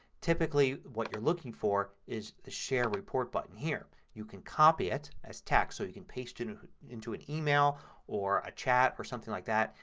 typically what you're looking for is the share report button. you can copy it as text so you can paste it and into an email or a chat or something like that.